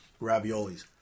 raviolis